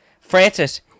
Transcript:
Francis